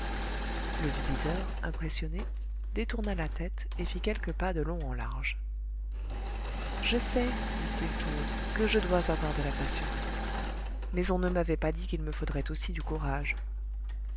le visiteur impressionné détourna la tête et fit quelques pas de long en large je sais dit-il tout haut que je dois avoir de la patience mais on ne m'avait pas dit qu'il me faudrait aussi du courage